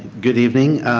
good evening.